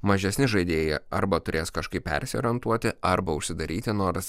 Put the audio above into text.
mažesni žaidėjai arba turės kažkaip persiorientuoti arba užsidaryti nors